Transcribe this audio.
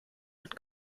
hat